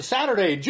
Saturday